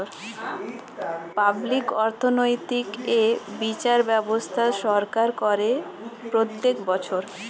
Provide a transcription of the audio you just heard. public অর্থনৈতিক এ বিচার ব্যবস্থা সরকার করে প্রত্যেক বছর